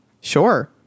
sure